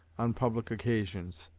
on public occasions.